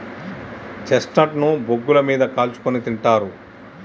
chestnut ను బొగ్గుల మీద కాల్చుకుని తింటారు